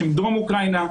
שהם דרום אוקראינה,